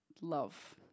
love